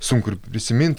sunku ir prisimint